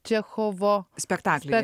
čechovo spektaklyje